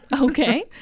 Okay